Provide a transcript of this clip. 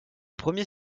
premier